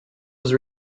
was